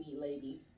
lady